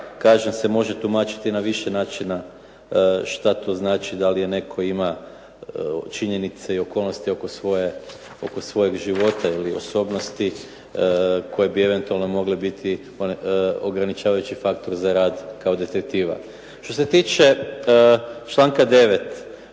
kažem se može tumačiti na više načina. Šta to znači da li je neko ima činjenice i okolnosti oko svojeg života ili osobnosti koje bi eventualno mogle biti ograničavajući faktor za rad kao detektiva. Što se tiče članka 9.,